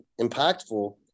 impactful